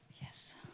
Yes